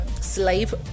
slave